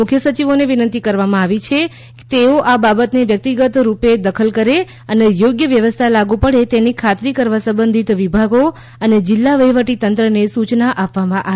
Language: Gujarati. મુખ્ય સચિવોને વિનંતી કરવામાં આવી છે કે તેઓ આ બાબતમાં વ્યક્તિગત રૂપે દખલ કરે અને યોગ્ય વ્યવસ્થા લાગુ પડે તેની ખાતરી કરવા સંબંધિત વિભાગો અને જિલ્લા વહીવટી તંત્રને સૂચના આપવામાં આવે